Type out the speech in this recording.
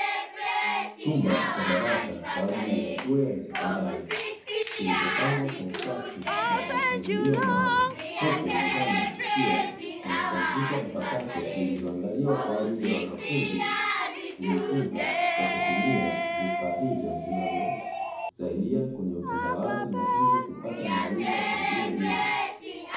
Chumba cha darasa kwa ajili ya shule ya sekondari kilichopangwa kwa usafi na kwa mpangilio maalumu, huku mezani kukiwa kuna kompyuta mpakato zilizoandaliwa kwa ajili ya wanafunzi kujifunza kwa kutumia vifaa hivyo vinavyosaidia kwenye utandawazi na hivyo kupata maarifa kwa njia iliyorahisi.